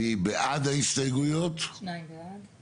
הצבעה לא